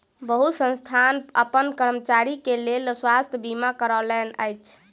बहुत संस्थान अपन कर्मचारी के लेल स्वास्थ बीमा करौने अछि